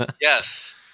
yes